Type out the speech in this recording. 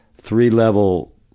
three-level